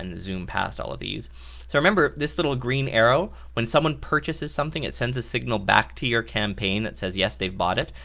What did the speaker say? and zoom past all of these. so remember this little green arrow when someone purchases something it sends a signal back to your campaign that says yes they bought it.